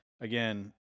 Again